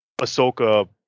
Ahsoka